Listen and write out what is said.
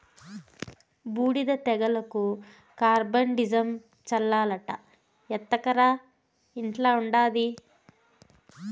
బూడిద తెగులుకి కార్బండిజమ్ చల్లాలట ఎత్తకరా ఇంట్ల ఉండాది